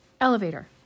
elevator